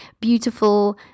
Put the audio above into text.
beautiful